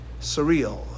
surreal